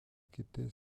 qu’était